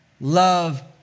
love